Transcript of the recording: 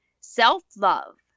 self-love